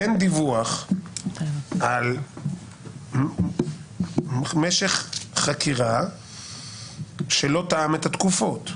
דיווח על משך חקירה שלא תאם את התקופות.